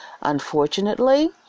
Unfortunately